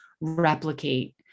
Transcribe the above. replicate